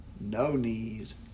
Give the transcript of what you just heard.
No-Knees